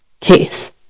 case